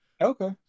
Okay